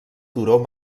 turó